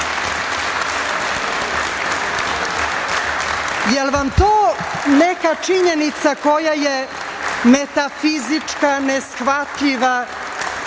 vam to neka činjenica koja je metafizička, neshvatljiva